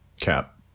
Cap